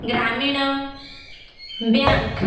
Gramin bank